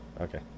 Okay